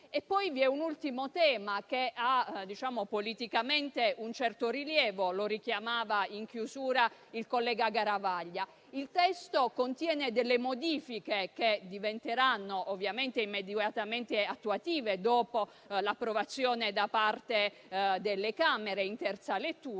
è poi un ultimo tema che ha politicamente un certo rilievo, richiamato in chiusura dal collega Garavaglia. Il testo contiene delle modifiche che diventeranno immediatamente attuative, dopo l'approvazione da parte delle Camere in terza lettura,